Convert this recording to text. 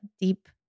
deep